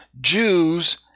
Jews